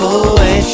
away